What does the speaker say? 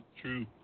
True